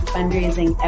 Fundraising